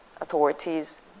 authorities